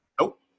Nope